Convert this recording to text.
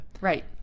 Right